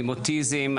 עם אוטיזם,